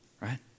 right